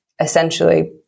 essentially